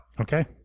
Okay